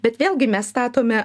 bet vėlgi mes statome